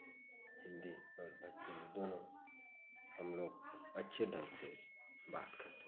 हिन्दी और भोजपुरी दोनों हम लोग अच्छे ढंग से बात करते हैं